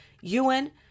Ewan